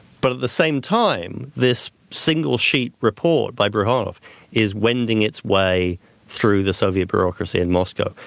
but at the same time, this single sheet report by bryukhanov is wending its way through the soviet bureaucracy in moscow.